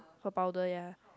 for powder ya